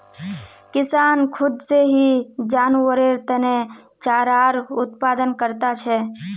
किसान खुद से ही जानवरेर तने चारार उत्पादन करता छे